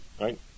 right